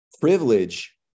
privilege